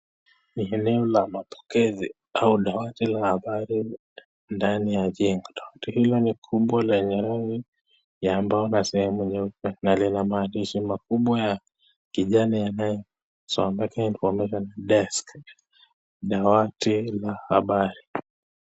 Ni eneo la mapokezi au dawati la habari ndani ya jengo. Dawati hilo ni kubwa lenye rangi ya mbao na sehemu nyeupe na lina maandishi makubwa ya kijani yanayosomeka Information Desk dawati la habari.